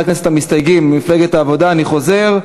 הכנסת המסתייגים ממפלגת העבודה אני חוזר,